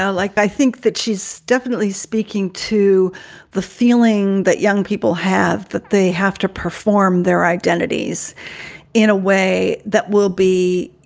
like i think that she's definitely speaking to the feeling that young people have that they have to perform their identities in a way that will be,